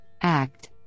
act